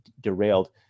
derailed